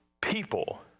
people